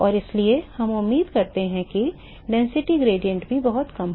इसलिए हम उम्मीद करते हैं कि घनत्व प्रवणता भी बहुत कम होगी